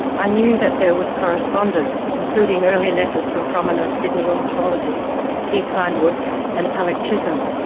i knew that there was correspondence, including early letters from prominent sydney ornithologists keith hindwood and alex chisholm,